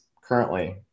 currently